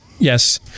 yes